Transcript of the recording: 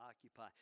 occupy